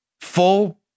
full